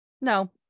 no